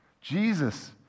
Jesus